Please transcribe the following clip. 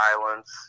violence